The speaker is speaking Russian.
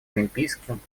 олимпийским